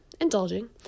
indulging